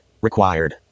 required